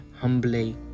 humbly